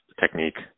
technique